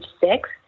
six